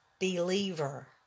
believer